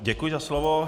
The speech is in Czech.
Děkuji za slovo.